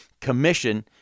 commission